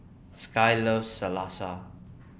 Skye loves Salsa